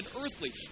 earthly